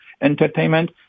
entertainment